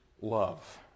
love